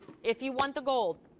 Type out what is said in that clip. if you want the gold,